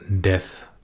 death